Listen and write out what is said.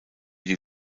die